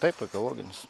taip ekologinis